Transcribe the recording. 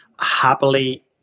happily